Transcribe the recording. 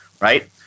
right